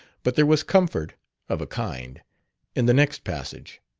but there was comfort of a kind in the next passage.